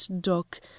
dock